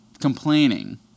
complaining